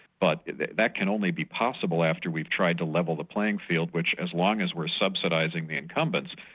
but that can only be possible after we've tried to level the playing field, which as long as we're subsidising the incumbents,